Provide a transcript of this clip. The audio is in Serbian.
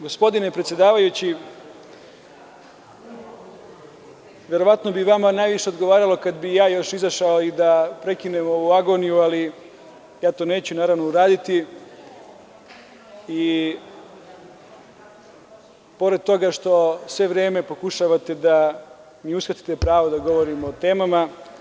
Gospodine predsedavajući, verovatno bi vama najviše odgovaralo kada bi ja izašao i da prekinem ovu agoniju, ali ja to neću naravno uraditi i pored toga što sve vreme pokušavate da mi uskratite pravo da govorim o temama.